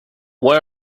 why